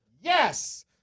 Yes